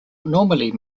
normally